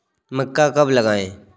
मक्का कब लगाएँ?